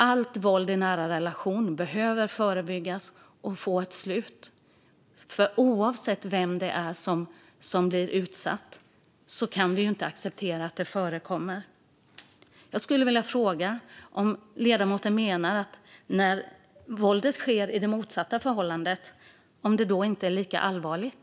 Allt våld i nära relationer behöver förebyggas och få ett slut. Oavsett vem det är som blir utsatt kan vi nämligen inte acceptera att det förekommer. Jag skulle vilja fråga om ledamoten menar att våldet inte är lika allvarligt när det sker i det motsatta förhållandet.